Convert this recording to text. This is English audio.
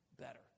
better